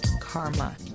Karma